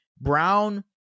brown